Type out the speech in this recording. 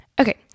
Okay